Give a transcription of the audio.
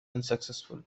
unsuccessful